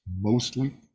mostly